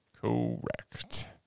Correct